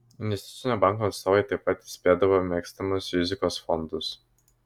investicinio banko atstovai taip pat įspėdavo mėgstamus rizikos fondus